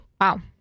Wow